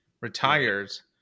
retires